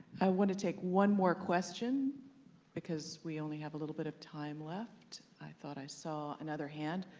i wanna take one more question because we only have a little bit of time left. i thought i saw another hand.